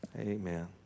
Amen